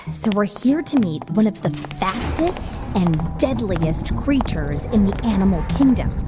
so we're here to meet one of the fastest and deadliest creatures in the animal kingdom.